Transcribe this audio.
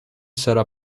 sarà